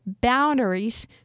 boundaries